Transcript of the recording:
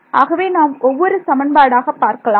ஆகவே நாம் ஒவ்வொரு சமன்பாடாக பார்க்கலாம்